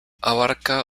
abarca